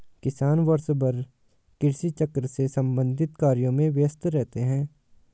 किसान वर्षभर कृषि चक्र से संबंधित कार्यों में व्यस्त रहते हैं